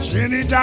Jenny